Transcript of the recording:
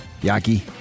Yaki